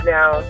Now